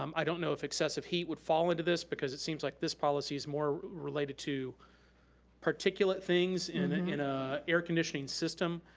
um i don't know if excessive heat would fall into this because it seems like this policy is more related to particulate things in an ah air conditioning system.